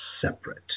separate